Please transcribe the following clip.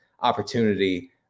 opportunity